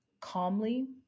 calmly